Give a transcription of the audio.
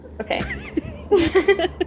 Okay